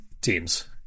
teams